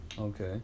Okay